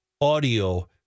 audio